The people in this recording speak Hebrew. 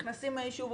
נכנסים ליישוב,